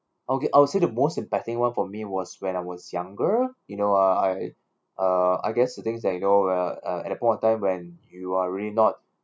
okay I would say the most impacting [one] for me was when I was younger you know uh I uh I guess the things that you know uh uh at a point of time when you are really not